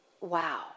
wow